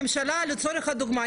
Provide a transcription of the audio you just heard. הממשלה לצורך הדוגמה,